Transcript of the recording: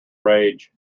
rage